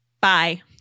bye